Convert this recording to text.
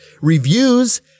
reviews